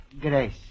grace